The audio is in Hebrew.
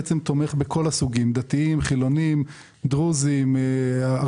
פעם